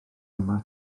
yma